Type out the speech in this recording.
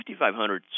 5,500